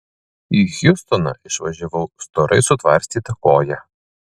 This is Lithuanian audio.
į hjustoną išvažiavau storai sutvarstyta koja